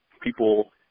people